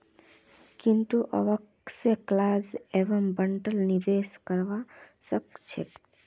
टिंकू अक्सर close end फंडत निवेश करवा स कतरा छेक